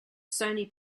sony